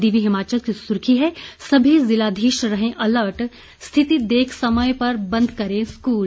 दिव्य हिमाचल की सुर्खी है सभी जिलाधीश रहें अलर्ट स्थिति देख समय पर बंद करें स्कूल